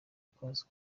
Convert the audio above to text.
ikoze